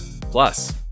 plus